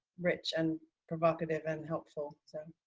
rich and provocative and helpful so.